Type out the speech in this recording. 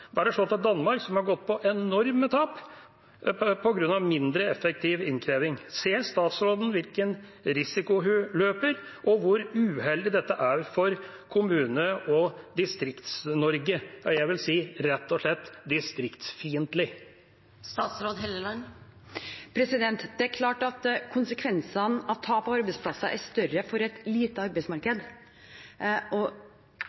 Bare se til Danmark, som har gått på enorme tap på grunn av mindre effektiv innkreving. Ser statsråden hvilken risiko hun løper, og hvor uheldig dette er for Kommune- og Distrikts-Norge – ja, jeg vil si rett og slett distriktsfiendtlig? Det er klart at konsekvensene av tap av arbeidsplasser er større for et lite